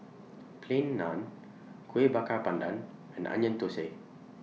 Plain Naan Kueh Bakar Pandan and Onion Thosai